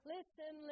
Listen